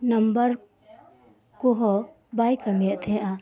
number ᱠᱚᱦᱚ ᱵᱟᱭ ᱠᱟᱹᱢᱤᱮᱫ ᱛᱟᱦᱮᱸᱜᱼᱟ